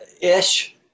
ish